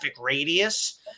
radius